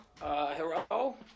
Hello